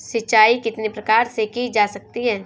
सिंचाई कितने प्रकार से की जा सकती है?